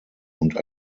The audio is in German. und